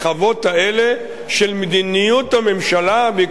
של מדיניות הממשלה בעקבות דוח השופט גולדברג,